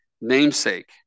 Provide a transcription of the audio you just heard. namesake